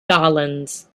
garlands